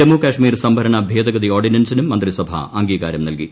ജമ്മുകാശ്മീർ സംവരണ ഭേദഗതി ഓർഡിനൻസിനും മന്ത്രിസഭ അംഗീകാരം നൽകി